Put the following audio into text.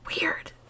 weird